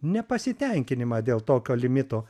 nepasitenkinimą dėl tokio limito